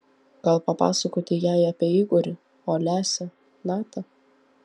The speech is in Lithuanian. gal papasakoti jai apie igorį olesią natą